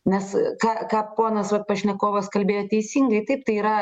nes ką ką ponas vat pašnekovas kalbėjo teisingai taip tai yra